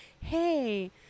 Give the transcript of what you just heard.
hey